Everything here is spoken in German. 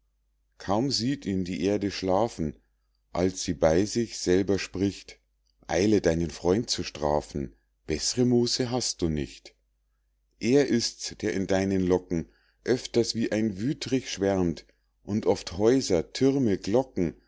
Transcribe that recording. kaum sieht ihn die erde schlafen als sie bei sich selber spricht eile deinen feind zu strafen beß're muße hast du nicht er ist's der in deinen locken oefters wie ein wüthrich schwärmt und oft häuser thürme glocken